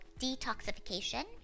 detoxification